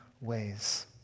ways